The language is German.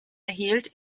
erhielt